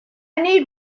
need